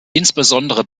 insbesondere